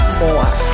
more